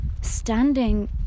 standing